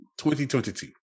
2022